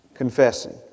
Confessing